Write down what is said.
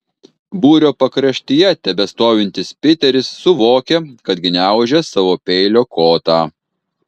būrio pakraštyje tebestovintis piteris suvokė kad gniaužia savo peilio kotą